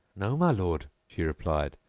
no my lord, she replied,